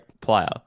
player